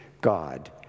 God